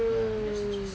ya that's the gist